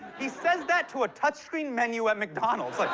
he says that to a touch screen menu at mcdonald's. like,